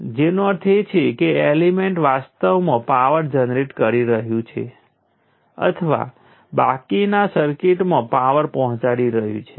તેથી તમે સમાન વસ્તુ કરી શકો છો પરંતુ કેપેસિટરના કિસ્સામાં વોલ્ટેજ વેવફોર્મને બદલે કરંટ વેવફોર્મ માટે છે